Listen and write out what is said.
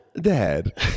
Dad